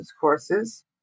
courses